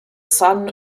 son